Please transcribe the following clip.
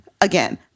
Again